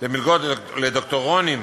לדוקטורנטים